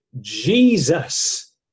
Jesus